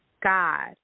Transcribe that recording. God